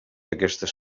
aquestes